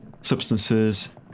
substances